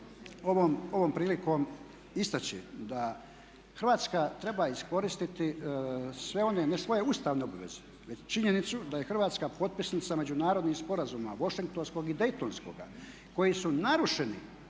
ovom prilikom istaći da Hrvatska treba iskoristiti ne svoje ustavne obveze već i činjenicu da je Hrvatska potpisnica međunarodnih sporazuma, Washingtonskog i Daytonskog, koji su narušeni